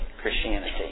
Christianity